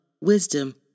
wisdom